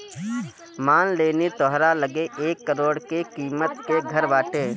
मान लेनी तोहरा लगे एक करोड़ के किमत के घर बाटे